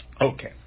Okay